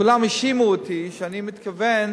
כולם האשימו אותי שאני מתכוון